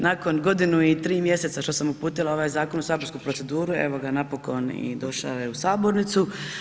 Nakon godinu i 3 mjeseca što sam uputila ovaj zakon u saborsku proceduru, evo ga, napokon i došao je u sabornicu.